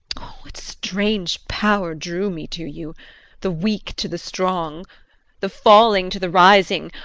what strange power drew me to you the weak to the strong the falling to the rising,